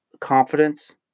Confidence